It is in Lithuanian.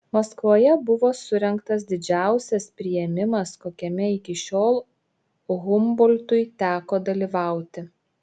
maskvoje buvo surengtas didžiausias priėmimas kokiame iki šiol humboltui teko dalyvauti